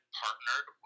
partnered